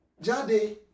Jade